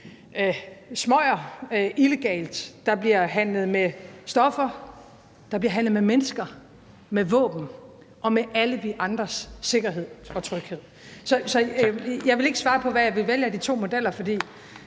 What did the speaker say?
smøger illegalt; der bliver handlet med stoffer; der bliver handlet med mennesker, med våben – og med alle os andres sikkerhed og tryghed. Så jeg vil ikke svare på, hvad jeg ville vælge af de to modeller, for